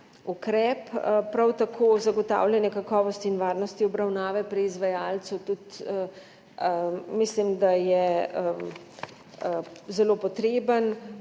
ukrep. Prav tako zagotavljanje kakovosti in varnosti obravnave pri izvajalcu. Tudi mislim, da je zelo potreben